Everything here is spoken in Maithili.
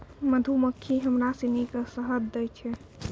मधुमक्खी हमरा सिनी के शहद दै छै